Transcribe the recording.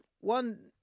One